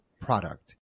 product